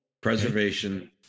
preservation